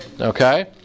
Okay